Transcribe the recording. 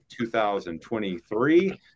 2023